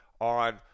on